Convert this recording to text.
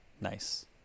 nice